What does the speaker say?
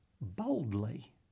boldly